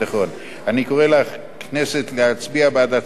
אני קורא לכנסת להצביע בעד הצעת החוק בקריאה